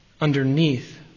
underneath